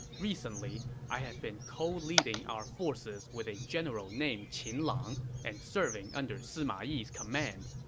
recently, i have been co-leading our forces with a general named qin lang and serving under sima yi's command.